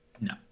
No